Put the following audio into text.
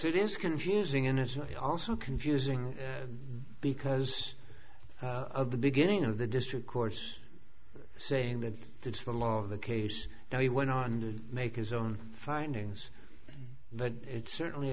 it is confusing initially also confusing because of the beginning of the district course saying that it's the law of the case and he went on to make his own findings but it certainly